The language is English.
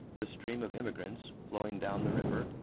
the stream of immigrants, flowing down the river,